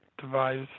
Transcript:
devise